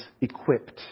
equipped